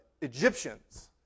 Egyptians